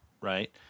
right